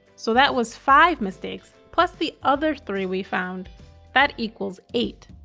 so that was five mistakes plus the other three we found that equals eight.